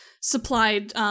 supplied